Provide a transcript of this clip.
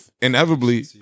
inevitably